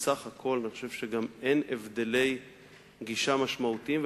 בסך הכול אני חושב שאין הבדלי גישה משמעותיים,